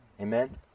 Amen